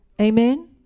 Amen